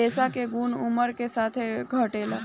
रेशा के गुन उमर के साथे घटेला